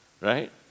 Right